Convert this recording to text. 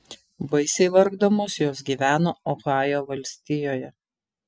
baisiai vargdamos jos gyveno ohajo valstijoje